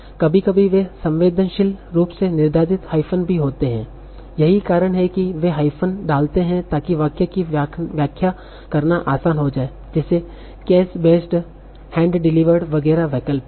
कभी कभी वे संवेदनशील रूप से निर्धारित हाइफ़न भी होते हैं यही कारण है कि वे हाइफ़न डालते हैं ताकि वाक्य की व्याख्या करना आसान हो जाए जैसे केस बेस्ड हैंड डेलिवर्ड वगैरह वैकल्पिक हैं